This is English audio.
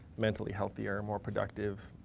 mentally healthier and more productive.